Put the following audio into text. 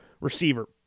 receiver